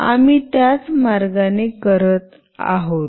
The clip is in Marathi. आम्ही त्याच मार्गाने करत आहोत